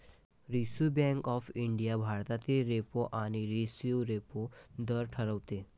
reserve Bank of India भारतातील repo आणि reverse repo दर ठरवते